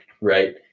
Right